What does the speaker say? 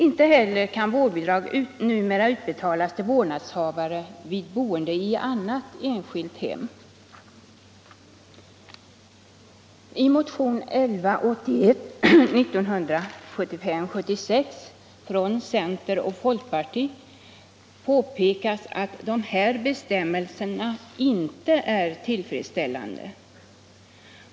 Inte heller kan vårdbidraget numera utbetalas till vårdnadshavare vid boende i annat enskilt hem. I motionen 1975/76:1181 från centern och folkpartiet påpekas att dessa bestämmelser ej är tillfredsställande.